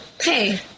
Hey